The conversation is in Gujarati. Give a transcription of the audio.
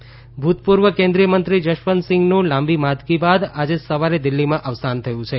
જશવંતસિંહ નિધન ભૂતપૂર્વ કેન્દ્રિય મંત્રી જશવંતસિંહનું લાંબી માંદગી બાદ આજે સવારે દિલ્હીમાં અવસાન થયું છે